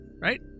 right